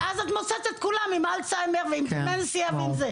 ואז את מוצאת את כולם עם אלצהיימר ועם דימנציה ועם כל המחלות האלה.